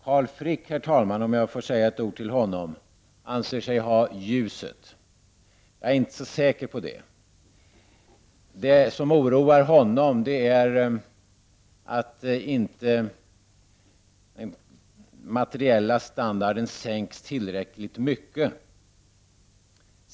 Carl Frick, om jag får säga ett ord till honom, herr talman, anser sig ha ljuset. Jag är inte så säker på det. Det som oroar honom är att den materiella standarden inte sänks tillräckligt mycket.